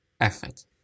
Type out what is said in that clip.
effort